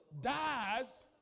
Dies